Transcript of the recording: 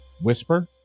Whisper